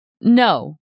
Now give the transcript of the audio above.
No